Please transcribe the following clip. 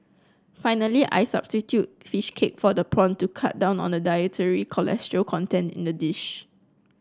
finally I substitute fish cake for the prawn to cut down on the dietary cholesterol content in the dish